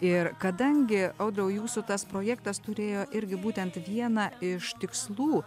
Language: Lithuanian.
ir kadangi audriau jūsų tas projektas turėjo irgi būtent vieną iš tikslų